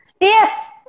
Yes